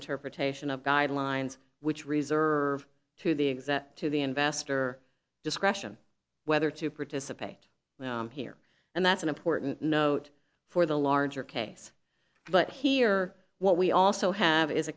interpretation of guidelines which reserve to the exact to the investor discretion whether to participate here and that's an important note for the larger case but here what we also have is